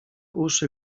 uszy